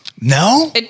No